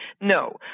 No